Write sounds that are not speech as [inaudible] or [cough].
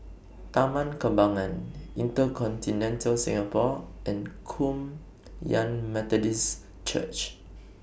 [noise] Taman Kembangan InterContinental Singapore and Kum Yan Methodist Church [noise]